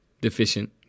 deficient